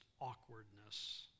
awkwardness